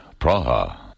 Praha